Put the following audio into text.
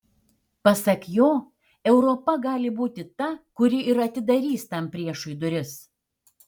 pasak jo europa gali būti ta kuri ir atidarys tam priešui duris